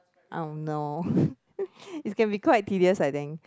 oh no it can be quite tedious I think